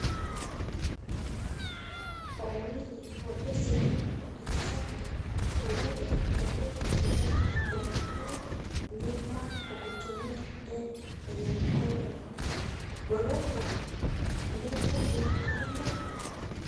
Askari wawili waliosimama wakitazama mbele kwa eneo linalo bomolewa nyyumba kwa kutumia gari lenye mkono, ghorofa ndefu imo kando.